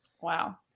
Wow